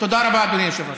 תודה רבה, אדוני היושב-ראש.